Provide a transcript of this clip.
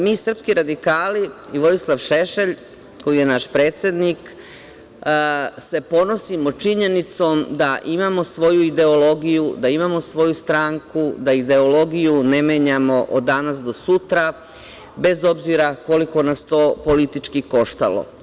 Mi srpski radikali i Vojislav Šešelj, koji je naš predsednik, se ponosimo činjenicom da imamo svoju ideologiju, da imamo svoju stranku, da ideologiju ne menjamo od danas do sutra, bez obzira koliko nas to politički koštalo.